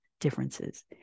differences